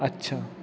अच्छा